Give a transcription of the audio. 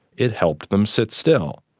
it helped them sit still.